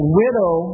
widow